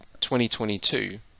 2022